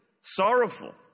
sorrowful